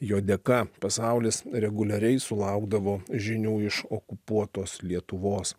jo dėka pasaulis reguliariai sulaukdavo žinių iš okupuotos lietuvos